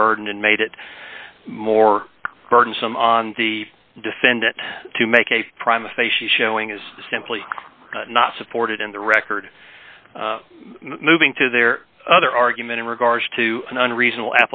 the burden and made it more burdensome on the defendant to make a prime a face showing is simply not supported in the record moving to their other argument in regards to an unreasonable